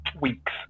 weeks